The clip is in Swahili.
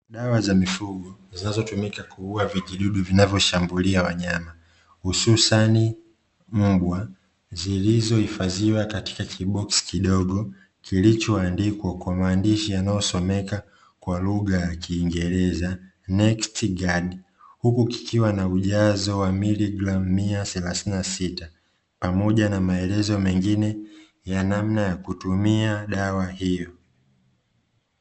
Dawa za mifugo zinazotumika kuua vijidudu vinavyoshambulia wanyama, hususani mbwa zilizohifadhiwa katika kiboksi kidogo kilichoandikwa kwa maandishi yanayosomeka kwa lugha ya kiingereza "neksiti gadi ", huku kikiwa na ujazo wa mwili glamia thelathini na sita pamoja na maelezo mengine ya namna ya kutumia dawa hiyo.